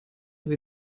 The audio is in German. sie